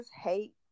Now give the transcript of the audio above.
hate